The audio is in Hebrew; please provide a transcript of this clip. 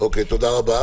תודה רבה.